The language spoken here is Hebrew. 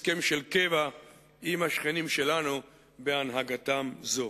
הסכם של קבע עם השכנים שלנו בהנהגתם זו.